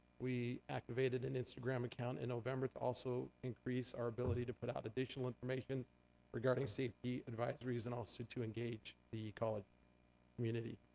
we activated an instagram account in november to also increase our ability to put out additional information regarding safety advisories, and also to engage the college community.